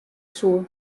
soe